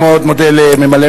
אני מאוד מודה לממלא-מקום